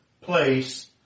place